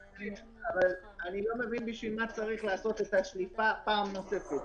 אבל אני לא מבין בשביל מה צריך לעשות את השליפה פעם נוספת.